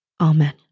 Amen